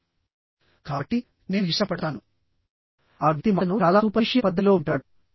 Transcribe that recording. కాబట్టి నేను ఇష్టపడతాను ఆ వ్యక్తి మాటను చాలా సూపర్ఫీషియల్ పద్ధతిలో వింటాడు